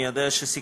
אני יודע שסיכמתם,